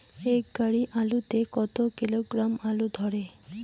এক গাড়ি আলু তে কত কিলোগ্রাম আলু ধরে?